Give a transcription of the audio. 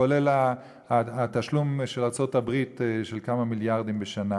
כולל התשלום של ארצות-הברית של כמה מיליארדים בשנה,